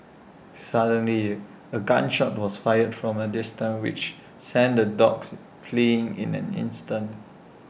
suddenly A gun shot was fired from A distance which sent the dogs fleeing in an instant